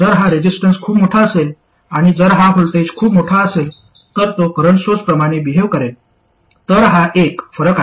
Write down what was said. जर हा रेसिस्टन्स खूप मोठा असेल आणि जर हा व्होल्टेज खूप मोठा असेल तर तो करंट सोर्सप्रमाणे बिहेव्ह करेल तर हा एक फरक आहे